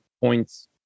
points